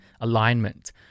alignment